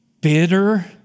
bitter